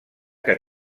que